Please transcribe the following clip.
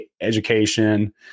education